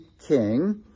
king